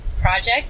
project